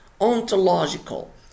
ontological